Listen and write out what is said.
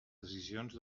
decisions